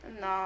no